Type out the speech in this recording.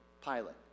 pilot